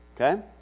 Okay